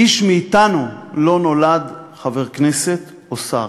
איש מאתנו לא נולד חבר כנסת או שר.